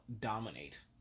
dominate